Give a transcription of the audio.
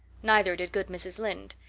neither did good mrs. lynde.